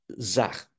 zach